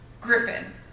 Griffin